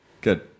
good